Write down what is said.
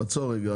עצור רגע.